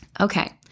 Okay